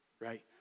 right